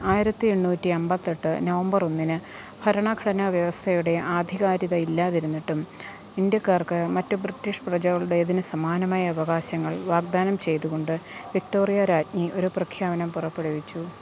ആയിരത്തി എണ്ണൂറ്റി അൻപത്തെട്ട് നവംബർ ഒന്നിന് ഭരണഘടനാവ്യവസ്ഥയുടെ ആധികാരികത ഇല്ലാതിരുന്നിട്ടും ഇൻഡ്യക്കാർക്ക് മറ്റ് ബ്രിട്ടീഷ് പ്രജകളുടെതിന് സമാനമായ അവകാശങ്ങൾ വാഗ്ദാനം ചെയ്തുകൊണ്ട് വിക്ടോറിയ രാജ്ഞി ഒരു പ്രഖ്യാപനം പുറപ്പെടുവിച്ചു